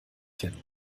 kennen